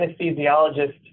anesthesiologist